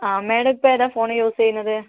ആ മേഡം ഇപ്പം ഏതാണ് ഫോൺ യൂസ് ചെയ്യുന്നത്